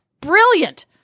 brilliant